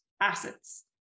assets